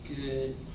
good